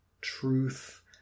truth